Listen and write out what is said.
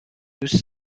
دوست